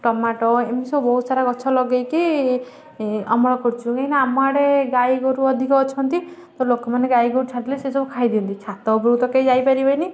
tomato ଏମିତି ସବୁ ବହୁତ ସାରା ଗଛ ଲଗାଇକି ଅମଳ କରିଛୁ କାହିଁକିନା ଆମ ଆଡ଼େ ଗାଈ ଗୋରୁ ଅଧିକ ଅଛନ୍ତି ଲୋକ ମାନେ ଗାଈ ଗୋରୁ ଛାଡ଼ି ଦେଲେ ସେ ସବୁ ଖାଇଦିଅନ୍ତି ଛାତ ଉପରକୁ ତ କେହି ଯାଇପାରିବେନି